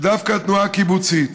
שדווקא בתנועה הקיבוצית,